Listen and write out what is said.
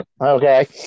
Okay